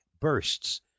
bursts